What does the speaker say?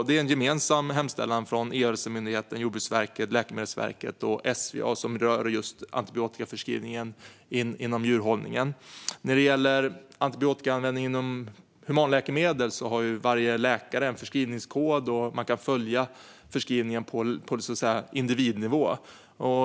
Det är en gemensam hemställan från E-hälsomyndigheten, Jordbruksverket, Läkemedelsverket och SVA och som rör antibiotikaförskrivningen inom djurhållningen. När det gäller antibiotikaanvändningen inom humanläkemedel har varje läkare en förskrivningskod, och förskrivningen kan följas på individnivå.